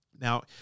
Now